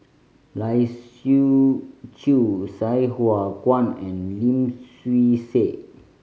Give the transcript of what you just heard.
Lai Siu Chiu Sai Hua Kuan and Lim Swee Say